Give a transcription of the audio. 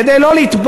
כדי לא לטבוע.